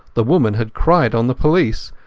the woman had cried on the police,